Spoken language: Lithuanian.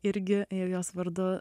irgi jos vardu